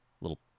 little